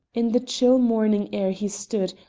in the chill morning air he stood,